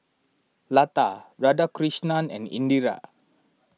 Lata Radhakrishnan and Indira